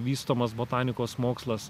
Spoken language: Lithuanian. vystomas botanikos mokslas